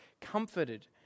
comforted